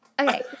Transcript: Okay